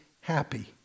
happy